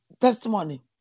testimony